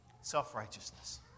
Self-righteousness